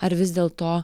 ar vis dėlto